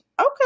Okay